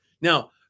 Now